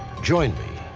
join me,